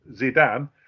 Zidane